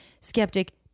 skeptic